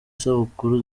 isabukuru